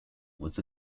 was